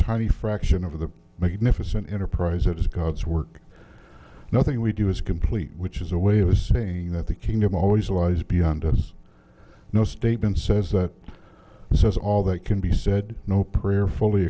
tiny fraction of the magnificent enterprise that is god's work nothing we do is complete which is a way of saying that the kingdom always lies beyond us no statement says that says all that can be said no prayerfully